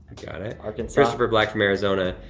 got it. arkansas. christopher black from arizona.